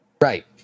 right